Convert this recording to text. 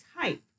type